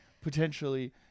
potentially